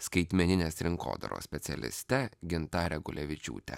skaitmeninės rinkodaros specialiste gintare gulevičiūte